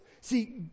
See